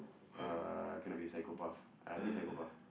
uh cannot be psychopath I did psychopath